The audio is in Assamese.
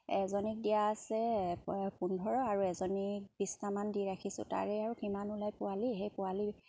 এজনীক দিয়া আছে পোন্ধৰ আৰু এজনীক বিছটামান দি ৰাখিছোঁ তাৰে আৰু কিমান ওলাই পোৱালি সেই পোৱালি